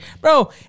Bro